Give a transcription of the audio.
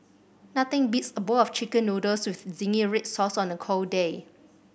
nothing beats a bowl of Chicken Noodles with zingy red sauce on a cold day